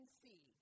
see